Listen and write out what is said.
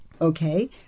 Okay